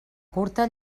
curta